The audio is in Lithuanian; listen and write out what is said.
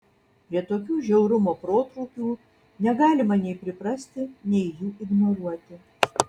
prie tokių žiaurumo protrūkių negalima nei priprasti nei jų ignoruoti